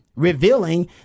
revealing